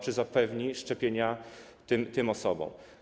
Czy zapewni szczepienia tym osobom?